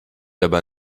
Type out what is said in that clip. aber